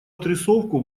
отрисовку